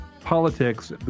Politics